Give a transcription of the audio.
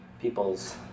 people's